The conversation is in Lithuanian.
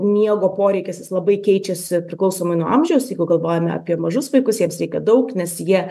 miego poreikis jis labai keičiasi priklausomai nuo amžiaus jeigu galvojame apie mažus vaikus jiems reikia daug nes jie